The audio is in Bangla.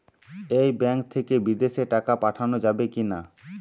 এই ব্যাঙ্ক থেকে বিদেশে টাকা পাঠানো যাবে কিনা?